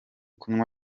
kandi